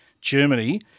Germany